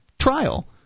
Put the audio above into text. trial